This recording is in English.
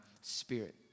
spirit